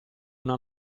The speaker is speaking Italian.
una